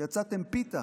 יצאתם פיתה,